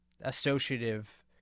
associative